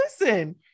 listen